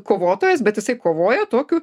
kovotojas bet jisai kovoja tokiu